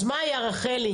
אז מה היה, רחלי?